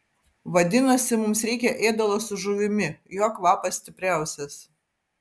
vadinasi mums reikia ėdalo su žuvimi jo kvapas stipriausias